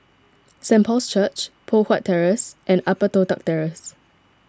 Saint Paul's Church Poh Huat Terrace and Upper Toh Tuck Terrace